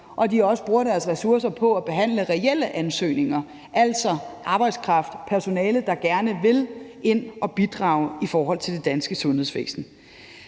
bruger deres ressourcer på at behandle reelle ansøgninger, altså arbejdskraft, personale, der gerne vil ind at bidrage i forhold til det danske sundhedsvæsen.